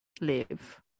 live